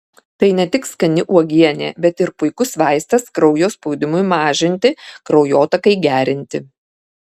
tai ne tik skani uogienė bet ir puikus vaistas kraujo spaudimui mažinti kraujotakai gerinti